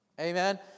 Amen